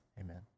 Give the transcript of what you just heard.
amen